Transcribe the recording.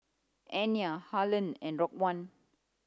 Anya Harland and Raekwon